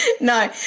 No